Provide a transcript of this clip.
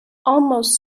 almost